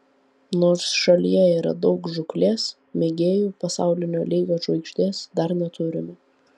nors šalyje yra daug žūklės mėgėjų pasaulinio lygio žvaigždės dar neturime